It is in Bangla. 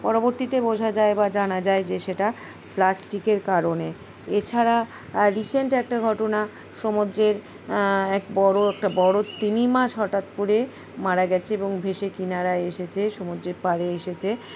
পরবর্তীতে বোঝা যায় বা জানা যায় যে সেটা প্লাস্টিকের কারণে এছাড়া রিসেন্ট একটা ঘটনা সমুদ্রের এক বড়ো একটা বড়ো তিমি মাছ হঠাৎ করে মারা গেছে এবং ভেসে কিনারা এসেছে সমুদ্রের পাড়ে এসেছে